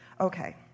Okay